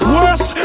Worse